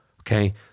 Okay